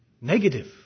negative